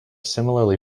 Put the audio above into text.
similarly